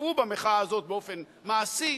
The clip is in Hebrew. השתתפו במחאה הזאת באופן מעשי,